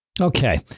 Okay